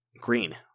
Green